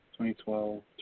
2012